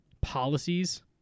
policies